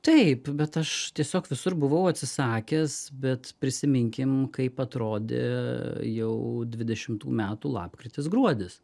taip bet aš tiesiog visur buvau atsisakęs bet prisiminkim kaip atrodė jau dvidešimų metų lapkritis gruodis